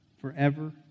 Forever